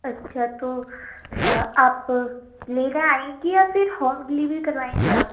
اچھا تو آپ لینے آئیں گی یا پھر ہوم ڈلیوری کروائیں گی آپ